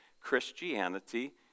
Christianity